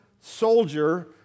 soldier